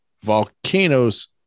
volcanoes